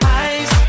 eyes